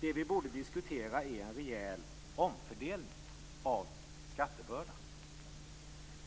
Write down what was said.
Det vi borde diskutera är en rejäl omfördelning av skattebördan.